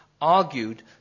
argued